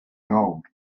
gold